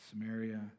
Samaria